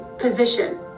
position